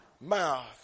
mouth